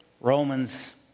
Romans